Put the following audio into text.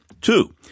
Two